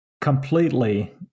completely